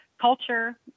culture